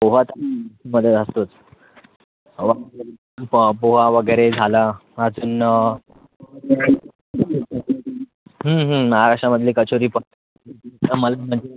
पोहात मध्ये असतोच पं पोहा वगैरे झालं अजून आशामधली कचोरी पण मला म्हणजे